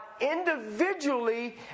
individually